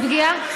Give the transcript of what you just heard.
זו פגיעה,